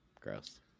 gross